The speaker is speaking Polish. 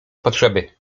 potrzeby